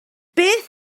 beth